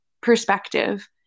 perspective